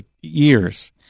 years